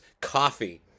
Coffee